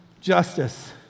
justice